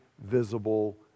visible